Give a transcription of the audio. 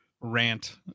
rant